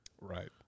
right